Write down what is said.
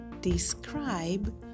describe